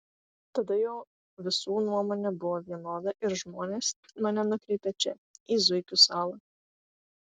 tada jau visų nuomonė buvo vienoda ir žmonės mane nukreipė čia į zuikių salą